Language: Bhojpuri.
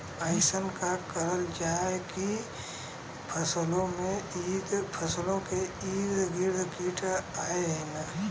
अइसन का करल जाकि फसलों के ईद गिर्द कीट आएं ही न?